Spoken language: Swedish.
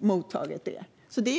mottagit ett sådant brev.